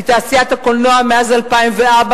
כי תעשיית הקולנוע מאז 2004,